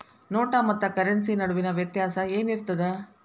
ನೋಟ ಮತ್ತ ಕರೆನ್ಸಿ ನಡುವಿನ ವ್ಯತ್ಯಾಸ ಏನಿರ್ತದ?